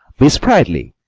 be sprightly,